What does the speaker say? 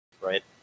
right